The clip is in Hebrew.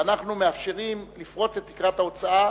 ואנחנו מאפשרים לפרוץ את תקרת ההוצאה,